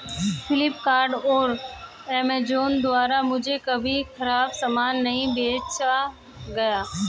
फ्लिपकार्ट और अमेजॉन द्वारा मुझे कभी खराब सामान नहीं बेचा गया